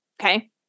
okay